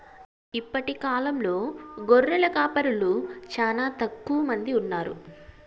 ఇప్పటి కాలంలో గొర్రెల కాపరులు చానా తక్కువ మంది ఉన్నారు